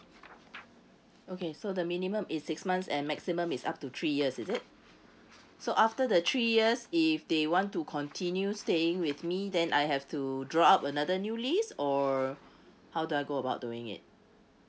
okay so the minimum is six months and maximum is up to three years is it so after the three years if they want to continue staying with me then I have to draw up another new lease or how do I go about doing it